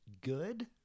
good